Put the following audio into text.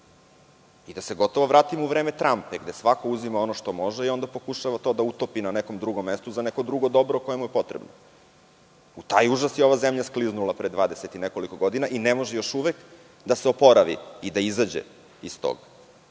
i da se gotovo vratimo u vreme trampe gde svako uzima ono što može i onda pokušava da to utopi na nekom drugom mestu za neko drugo dobro koja mu je potrebna. U taj užas je ova zemlja skliznula pre dvadeset i nekoliko godina i ne može još uvek da se oporavi i da izađe iz tog